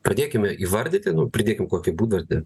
pradėkim įvardyti nu pridėkim kokį būdvardį